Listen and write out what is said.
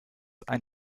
ein